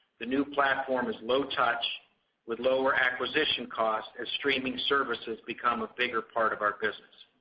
the new platform is low touch with lower acquisition cost as streaming services become a bigger part of our business.